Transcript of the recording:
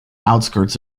outskirts